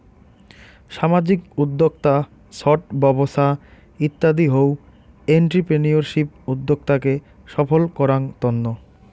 সামাজিক উদ্যক্তা, ছট ব্যবছা ইত্যাদি হউ এন্ট্রিপ্রেনিউরশিপ উদ্যোক্তাকে সফল করাঙ তন্ন